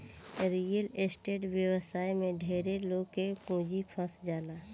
real estate व्यवसाय में ढेरे लोग के पूंजी फंस जाला